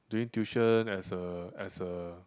doing tuition as a as a